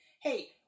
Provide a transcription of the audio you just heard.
hey